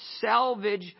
salvage